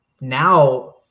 now